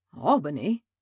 Albany